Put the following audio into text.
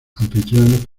anfitriones